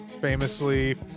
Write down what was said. famously